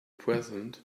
present